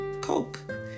Coke